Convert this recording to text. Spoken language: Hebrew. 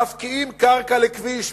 מפקיעים קרקע לכביש מקיבוצי,